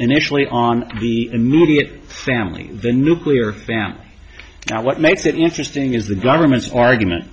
initially on the immediate family the nuclear family what makes it interesting is the government's argument